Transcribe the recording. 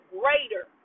greater